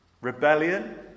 Rebellion